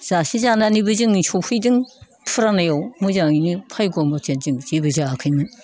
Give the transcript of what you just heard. जासे जानानैबो जों नै सफैदों फुरानायाव मोजाङैनो भायग' मोजां जेबो जायाखैमोन